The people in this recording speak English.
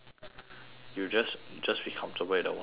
you just just be comfortable in the water really